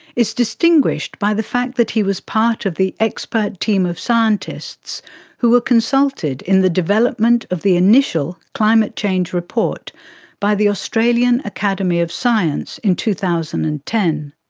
is distinguished by the fact that he was part of the expert team of scientists who were consulted in the development of the initial climate change report by the australian academy of science in two thousand and ten.